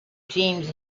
teams